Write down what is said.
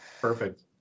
perfect